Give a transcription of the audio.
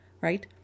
Right